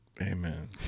amen